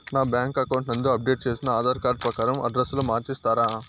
నా bank account నందు update చేసిన ఆధార్ కార్డు ప్రకారం అడ్రస్ ను మార్చిస్తారా?